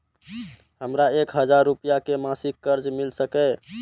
हमरा एक हजार रुपया के मासिक कर्ज मिल सकिय?